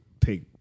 take